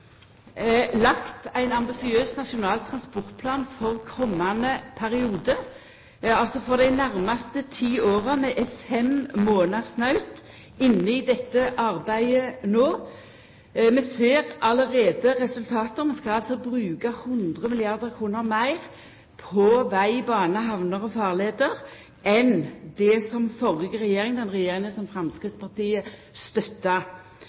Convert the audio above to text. lagt ein ambisiøs nasjonal transportplan for komande periode, altså for dei nærmaste ti åra. Vi er fem månader, snautt, inne i dette arbeidet no. Vi ser allereie resultat. Vi skal altså bruka 100 mrd. kr meir på veg, bane, hamner og farleier enn det den førre regjeringa, den regjeringa som